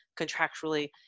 contractually